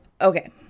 okay